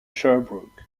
sherbrooke